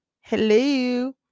Hello